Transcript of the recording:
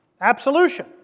Absolution